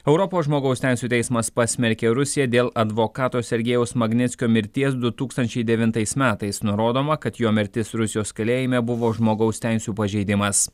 europos žmogaus teisių teismas pasmerkė rusiją dėl advokato sergejaus magnickio mirties du tūkstančiai devintais metais nurodoma kad jo mirtis rusijos kalėjime buvo žmogaus teisių pažeidimas